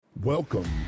Welcome